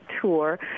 tour